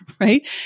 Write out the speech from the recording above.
right